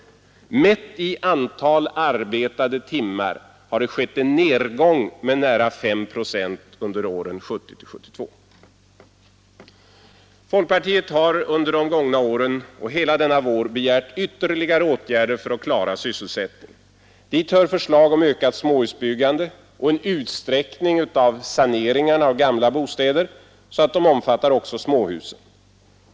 Mätt i antalet arbetade timmar har det skett en nedgång med nära 5 procent under åren 1970—1972 Folkpartiet har under de gångna åren och hela denna vår begärt ytterligare åtgärder för att klara sysselsättningen. Dit hör förslag om ökat småhusbyggande och en utsträckning av saneringarna av gamla bostäder så att de omfattar också småhusen.